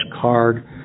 card